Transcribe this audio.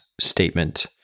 statement